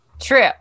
True